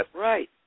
Right